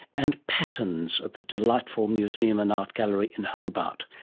and patterns at the delightful museum and art gallery in hobart,